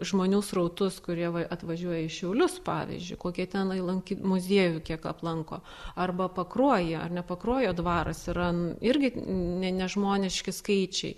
žmonių srautus kurie va atvažiuoja į šiaulius pavyzdžiui kokie tenai lankyt muziejų kiek aplanko arba pakruojyje ar ne pakruojo dvaras yra irgi ne nežmoniški skaičiai